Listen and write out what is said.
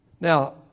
Now